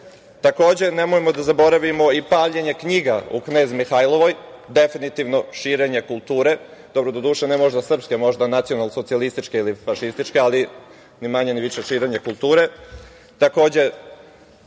vriska. Takođe, nemojmo da zaboravimo i paljenje knjiga u Knez Mihailovoj, definitivno širenje kulture. Dobro, doduše, ne možda srpske, možda nacional-socijalističke ili fašističke, ali ni manje ni više, širenje kulture. Takođe,